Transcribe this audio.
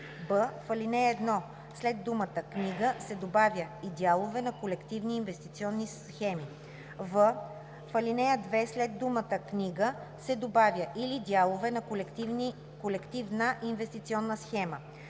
в ал. 1 след думата „книга“ се добавя „и дялове на колективни инвестиционни схеми“; в) в ал. 2 след думата „книга“ се добавя „или дялове на колективна инвестиционна схема“;